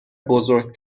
بزرگ